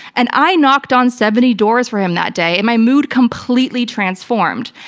and i knocked on seventy doors for him that day, and my mood completely transformed.